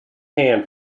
hand